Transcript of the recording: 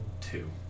two